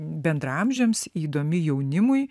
bendraamžiams įdomi jaunimui